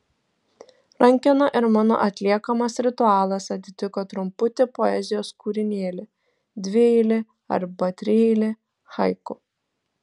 rankena ir mano atliekamas ritualas atitiko trumputį poezijos kūrinėlį dvieilį arba trieilį haiku